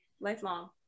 lifelong